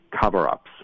cover-ups